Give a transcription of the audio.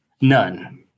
None